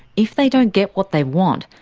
if they don't get what they want,